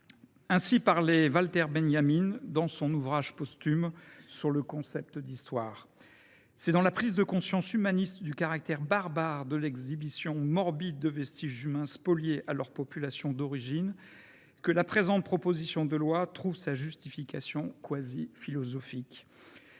Ainsi parlait Walter Benjamin dans son ouvrage posthume. C’est dans la prise de conscience humaniste du caractère barbare de l’exhibition morbide de vestiges humains spoliés à leurs populations d’origine que la présente proposition de loi trouve sa justification quasi philosophique.